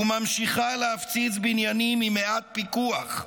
וממשיכה להפציץ בניינים עם מעט פיקוח,